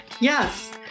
Yes